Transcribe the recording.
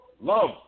love